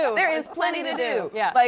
so there is plenty to do. yeah like,